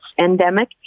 endemic